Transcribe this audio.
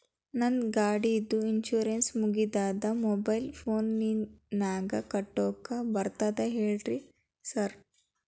ನಂದ್ ಗಾಡಿದು ಇನ್ಶೂರೆನ್ಸ್ ಮುಗಿದದ ಮೊಬೈಲ್ ಫೋನಿನಾಗ್ ಕಟ್ಟಾಕ್ ಬರ್ತದ ಹೇಳ್ರಿ ಸಾರ್?